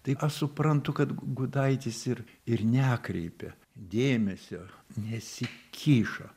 taip aš suprantu kad gudaitis ir ir nekreipia dėmesio nesikišo